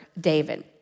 David